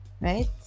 right